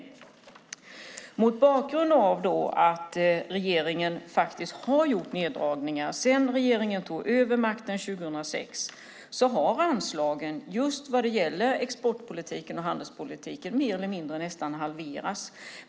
Sedan ni tog över makten 2006 har regeringen gjort neddragningar som gör att anslagen till export och handelspolitiken mer eller mindre har halverats.